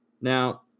Now